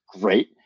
Great